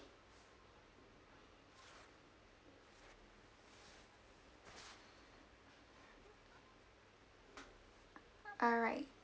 alright